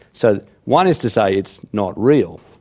so one is to say it's not real,